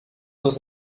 dans